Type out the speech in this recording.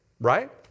Right